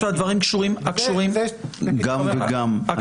גם וגם.